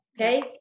Okay